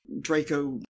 Draco